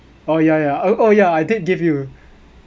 oh ya ya oh oh ya I did give you